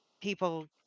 people